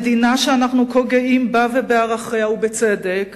המדינה שאנחנו כה גאים בה ובערכיה, ובצדק,